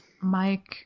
Mike